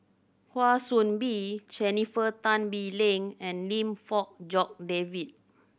Kwa Soon Bee Jennifer Tan Bee Leng and Lim Fong Jock David